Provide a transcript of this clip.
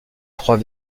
trois